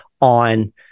on